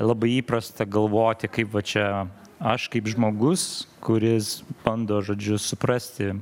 labai įprasta galvoti kaip va čia aš kaip žmogus kuris bando žodžiu suprasti